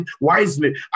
wisely